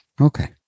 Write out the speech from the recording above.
Okay